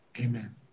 amen